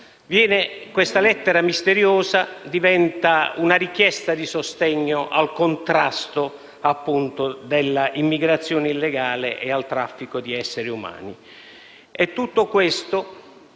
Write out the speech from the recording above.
Questa lettera misteriosa è diventata una richiesta di sostegno al contrasto, appunto, dell'immigrazione illegale e al traffico di esseri umani.